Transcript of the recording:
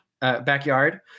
backyard